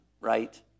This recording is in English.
right